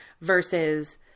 versus